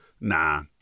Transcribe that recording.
nah